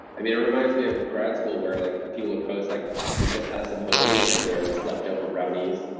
i mean it reminds me of grad school where like people would post, like we just had a symposium, and there is leftover brownies.